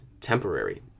temporary